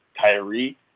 Tyree